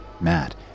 Matt